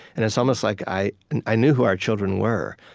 and it's almost like i and i knew who our children were,